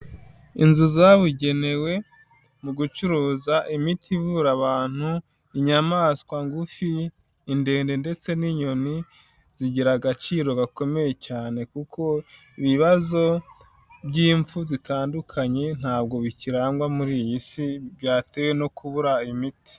Inzu zabugenewe mu gucuruza imiti ivura abantu inyamaswa ngufi, indende ndetse n'inyoni, zigira agaciro gakomeye cyane kuko ibibazo by'impfu zitandukanye ntabwo bikirangwa muri iyi si byatewe no kubura imiti.